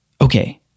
okay